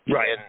Right